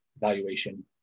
valuation